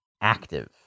active